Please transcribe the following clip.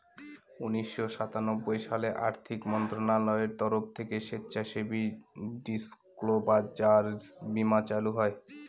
উনিশশো সাতানব্বই সালে আর্থিক মন্ত্রণালয়ের তরফ থেকে স্বেচ্ছাসেবী ডিসক্লোজার বীমা চালু হয়